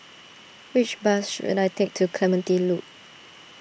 which bus should I take to Clementi Loop